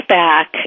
back